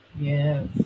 yes